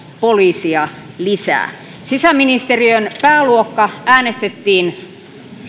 poliisia lisää sisäministeriön pääluokka äänestettiin